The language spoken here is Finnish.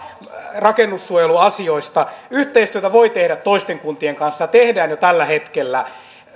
rakennussuojeluasioista yhteistyötä voi tehdä toisten kuntien kanssa ja tehdään jo tällä hetkellä